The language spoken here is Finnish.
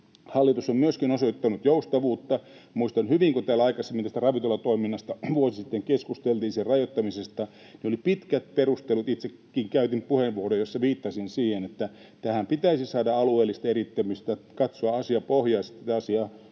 Hallitus on myöskin osoittanut joustavuutta. Muistan hyvin, kun täällä aikaisemmin tästä ravintolatoiminnasta, sen rajoittamisesta, vuosi sitten keskusteltiin: Oli pitkät perustelut. Itsekin käytin puheenvuoron, jossa viittasin siihen, että tähän pitäisi saada alueellista eriyttämistä ja katsoa asiapohjaisesti tätä asiaa,